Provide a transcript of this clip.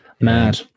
Mad